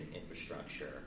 infrastructure